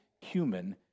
human